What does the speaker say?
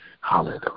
Hallelujah